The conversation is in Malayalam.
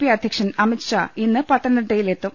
പി അധ്യക്ഷൻ അമിത്ഷാ ഇന്ന് പത്തനംതിട്ടയിലെത്തും